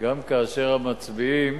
גם כאשר המצביעים